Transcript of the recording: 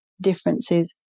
differences